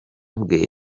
bwe